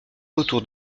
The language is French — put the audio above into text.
autour